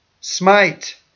smite